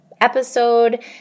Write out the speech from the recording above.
episode